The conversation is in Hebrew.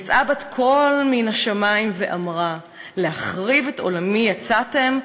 יצאה בת-קול מן השמים ואמרה: להחריב את עולמי יצאתם?